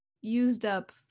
used-up